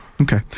Okay